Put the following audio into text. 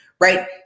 right